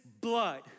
blood